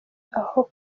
aho